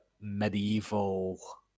medieval